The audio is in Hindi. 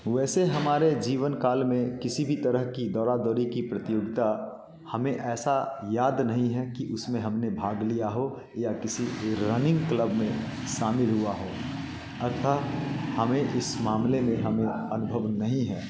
वैसे हमारे जीवनकाल में किसी भी तरह की दौड़ा दौड़ी की प्रतियोगिता हमें ऐसा याद नहीं है कि उसमें हमने भाग लिया हो या किसी की रनिंग क्लब में शामिल हुआ हो अर्थात हमें इस मामले में हमें अनुभव नहीं है